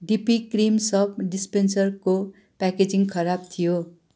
DP cream soap डिस्पेन्सरको packaging खराब थियो